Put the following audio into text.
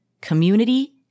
community